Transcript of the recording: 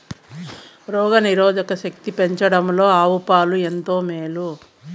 రోగ నిరోధక శక్తిని పెంచడంలో ఆవు పాలు ఎంతో మేలు